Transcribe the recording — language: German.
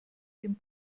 den